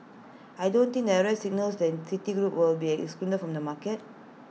I don't think the arrest signals that citigroup will be excluded from the market